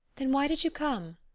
then why did you come?